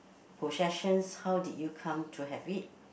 possessions how did you come to have it